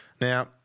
Now